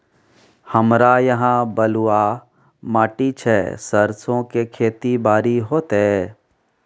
हमरा यहाँ बलूआ माटी छै सरसो के खेती बारी होते?